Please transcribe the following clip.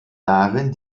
darin